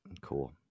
Cool